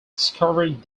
discovered